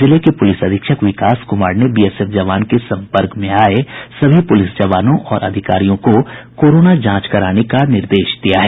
जिले के पुलिस अधीक्षक विकास कुमार ने बीएसएफ जवान के संपर्क में आए सभी पुलिस जवानों और अधिकारियों को कोरोना जांच कराने का निर्देश दिया है